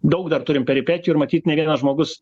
daug dar turim peripetijų ir matyt ne vienas žmogus